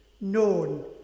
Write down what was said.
known